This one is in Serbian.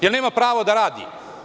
Je li nema pravo da radi?